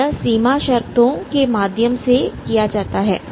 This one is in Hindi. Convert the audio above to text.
और यह सीमा शर्तों के माध्यम से किया जाता है